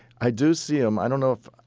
i do see them. i don't know if